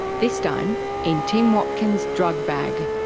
this time in tim watkin's drug bag,